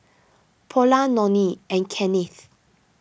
Paula Nonie and Kennith